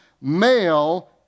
male